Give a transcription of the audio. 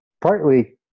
Partly